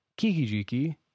Kikijiki